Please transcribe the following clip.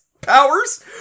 powers